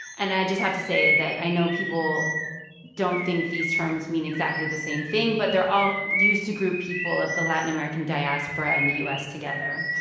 and i just have to say that i know people don't think these terms mean exactly the same thing, but they're all used to group people of the latin american diaspora in the u s. together.